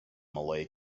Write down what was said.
malay